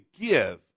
give